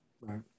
Right